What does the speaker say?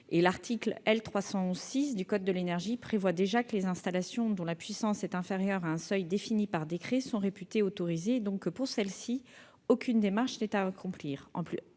L'article L. 311-6 du code de l'énergie prévoit déjà que les installations dont la puissance est inférieure à un seuil défini par décret sont réputées autorisées. Par conséquent, pour celles-ci, aucune démarche n'est à accomplir.